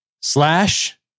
slash